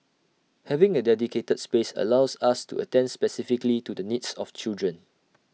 having A dedicated space allows us to attend specifically to the needs of children